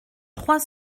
trois